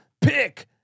Pick